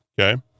okay